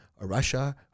Russia